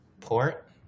Port